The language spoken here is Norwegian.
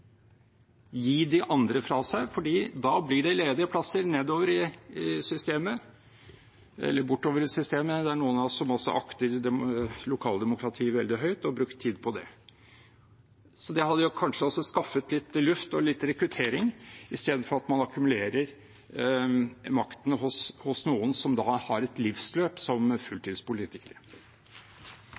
Da blir det ledige plasser nedover i systemet – eller bortover i systemet, det er noen av oss som også akter lokaldemokratiet veldig høyt og bruker tid på det. Det hadde kanskje også skaffet litt luft og litt rekruttering, istedenfor at man akkumulerer makten hos noen som har et livsløp som